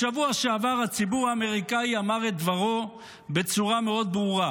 בשבוע שעבר הציבור האמריקאי אמר את דברו בצורה מאוד ברורה.